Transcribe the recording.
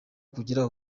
kugira